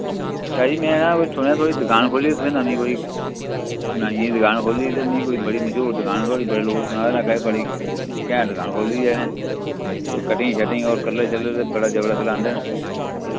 शाह् जी मैं ना ओह् सुनेआ थोआढ़ी दुकान खोह्ल्ली तुसैं नमीं कोई नाइयें दी दुकान खोह्ल्ली ते मिं कोई बड़ी मश्हूर दुकान थुआढ़ी बड़े लोक सुना दे आक्खा दे न बड़ी घैंट दुकान खोह्ल्ली दी ऐ इ'नैं कोई कटिंग शटिंग और कलर शलर ते बड़ा जबरदस्त चलांदे न